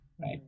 right